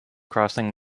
crossing